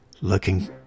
looking